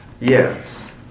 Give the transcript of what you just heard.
Yes